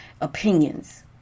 opinions